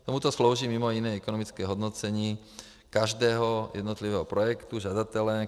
K tomuto slouží mimo jiné i ekonomické hodnocení každého jednotlivého projektu žadatele.